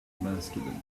masculine